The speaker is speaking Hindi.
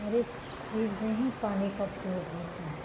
हर एक चीज़ में ही पानी का प्रयोग होता है